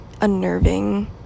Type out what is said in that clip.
unnerving